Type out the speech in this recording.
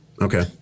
Okay